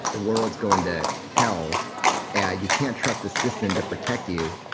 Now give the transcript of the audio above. the world's going to hell and you can't trust the system to protect you.